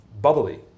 bubbly